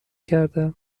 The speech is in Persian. کردم